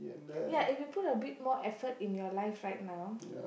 ya if you put a bit more effort in your life right now